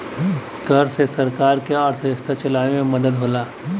कर से सरकार के अर्थव्यवस्था चलावे मे मदद होला